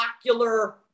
ocular